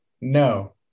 No